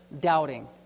doubting